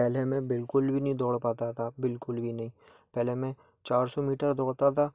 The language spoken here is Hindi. पहले मैं बिलकुल भी नहीं दौड़ पता था बिलकुल भी नहीं पहले मैं चार सौ मीटर दौड़ता था